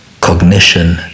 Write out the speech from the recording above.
cognition